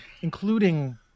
including